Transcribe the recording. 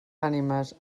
ànimes